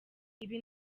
ibi